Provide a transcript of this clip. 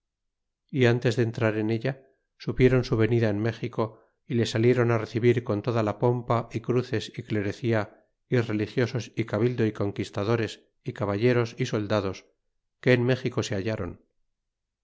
y ntes de entrar en ella supiéron su venida en méxico y le saliéron recibir con toda la pompa y cruces y clerecia y religiosos y cabildo é conquistadores é caballeros y soldados que en méxico se halláron